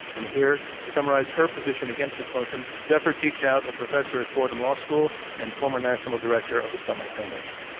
and here to summarize her position against this motion, zephyr teachout, a professor at fordham law school and former national director of the sunlight foundation.